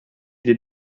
den